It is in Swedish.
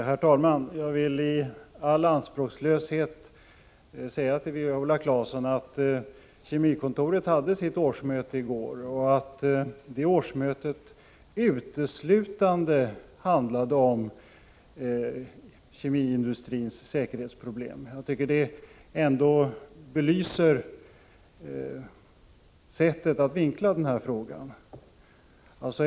Herr talman! Jag vill i all anspråklöshet säga till Viola Claesson att Kemikontoret hade sitt höstmöte i går och att det mötet uteslutande handlade om kemiindustrins säkerhetsproblem. Jag tycker att detta faktum ändå belyser Viola Claessons sätt att vinkla den här frågan.